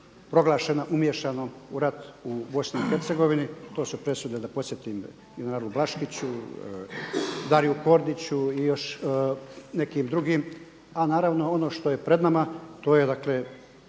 proglašena umiješanom u rat u BIH. To su presude da podsjetim generalu Blaškiću, Dariju Kordiću i još nekim drugim. A naravno ono što je pred nama to je dakle